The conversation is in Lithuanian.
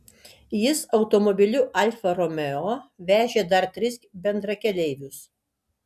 jis automobiliu alfa romeo vežė dar tris bendrakeleivius